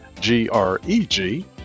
G-R-E-G